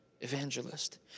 evangelist